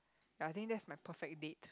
ya I think that's my perfect date